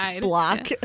block